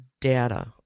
data